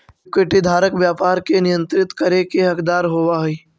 equity धारक व्यापार के नियंत्रित करे के हकदार होवऽ हइ